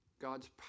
God's